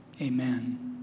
amen